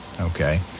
Okay